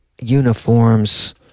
uniforms